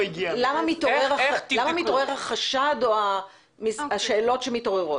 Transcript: למה מתעורר החשד, או השאלות שמתעוררות?